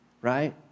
right